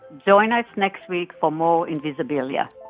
join us next week for more invisibilia